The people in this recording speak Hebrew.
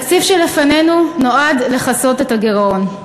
התקציב שלפנינו נועד לכסות את הגירעון.